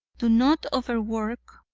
do not over-work,